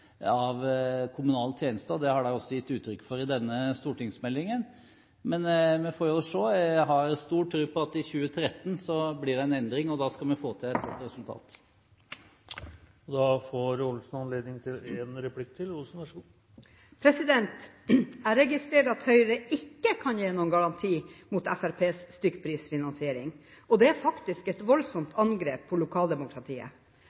av kommunale tjenester, det har de også gitt uttrykk for i innstillingen. Men vi får se. Jeg har stor tro på at i 2013 blir det en endring, og da skal vi få til et godt resultat. Jeg registrerer at Høyre ikke kan gi noen garanti mot Fremskrittspartiets stykkprisfinansiering – og det er faktisk et